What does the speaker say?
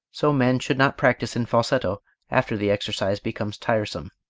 so men should not practise in falsetto after the exercise becomes tiresome.